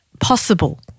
possible